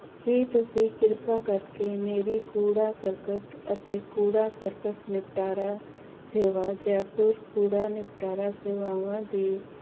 ਕੀ ਤੁਸੀਂ ਕਿਰਪਾ ਕਰਕੇ ਮੇਰੀ ਕੂੜਾ ਕਰਕਟ ਅਤੇ ਕੂੜਾ ਕਰਕਟ ਨਿਪਟਾਰਾ ਸੇਵਾ ਜੈਪੁਰ ਕੂੜਾ ਨਿਪਟਾਰਾ ਸੇਵਾਵਾਂ ਦੀ